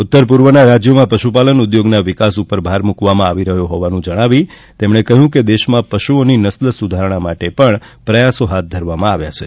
ઉતર પૂર્વના રાજ્યોમાં પશુપાલન ઉદ્યોગના વિકાસ ઉપર ભાર મુકવામાં આવી રહ્યો હોવાનું જણાવી તેમણે કહ્યું કે દેશમાં પશુઓની નસ્લ સુધારણા માટે પણ પ્રયાસો હાથ ધરવામાં આવ્યા છે